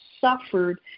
suffered